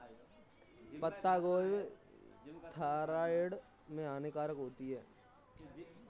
पत्ता गोभी थायराइड में हानिकारक होती है